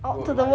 work life